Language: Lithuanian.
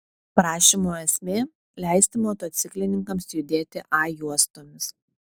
prašymo esmė leisti motociklininkams judėti a juostomis